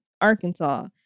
Arkansas